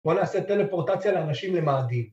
‫או לעשות טלפורטציה לאנשים למעדי.